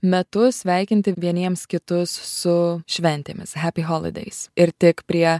metu sveikinti vieniems kitus su šventėmis hepi holideis ir tik prie